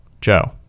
Joe